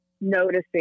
noticing